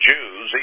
Jews